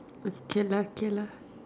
okay lah okay lah